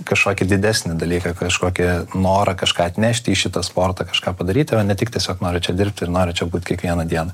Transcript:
kažkokį didesnį dalyką kažkokį norą kažką atnešti į šitą sportą kažką padaryti o ne tik tiesiog noriu čia dirbt ir noriu čia būt kiekvieną dieną